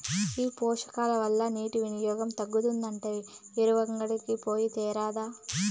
ఈ పోషకాల వల్ల నీటి వినియోగం తగ్గుతాదంట ఎరువులంగడికి పోయి తేరాదా